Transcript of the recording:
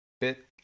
bit